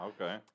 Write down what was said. okay